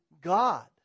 God